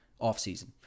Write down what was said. off-season